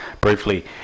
briefly